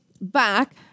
back